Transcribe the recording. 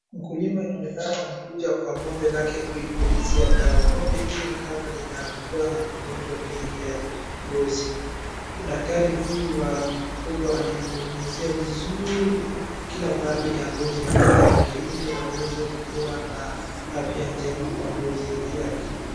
Mkulima inaonekana amekuja kwa ng'ombe lake kuipulizia dawa ,ng'ombe hili ni kama linakuwa na magonjwa mengi ya ngozi. Daktari huyu wa mifugo anainyunyizia vizuri kila pahali ya ngozi ya ng'ombe yake ili aweze kuwa na afya njema kwa ngozi.